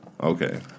okay